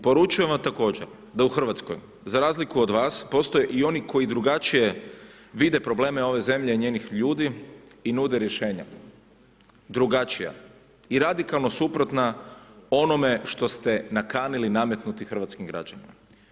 Poručujem vam također da u Hrvatskoj za razliku od vas postoje i oni koji drugačije vide probleme ove zemlje i njenih ljudi i nude rješenje, drugačija i radikalno suprotna onome što ste nakanili nametnuti hrvatskim građanima.